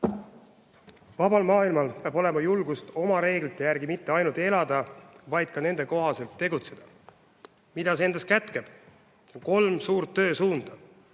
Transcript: Vabal maailmal peab olema julgust oma reeglite järgi mitte ainult elada, vaid ka nende kohaselt tegutseda. Mida see endas kätkeb? Kolme suurt töösuunda.